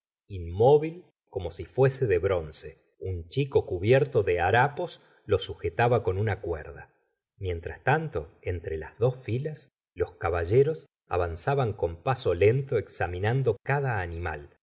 inmóvil como si fuese de bronce un chico cubierto de harapos lo sujetaba con una cuerda mientras tanto entre las dos filas los caballeros avanzaban con paso lento examinando cada animal